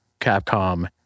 Capcom